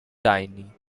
tyne